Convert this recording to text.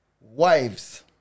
wives